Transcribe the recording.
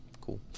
Cool